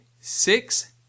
six